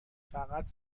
فقط